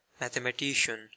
Mathematician